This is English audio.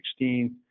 2016